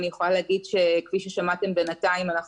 אני יכולה להגיד שכפי ששמעתם בינתיים אנחנו